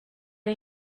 این